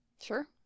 Sure